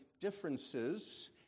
differences